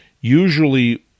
usually